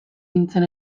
nintzen